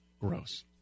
gross